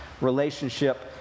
relationship